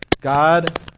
God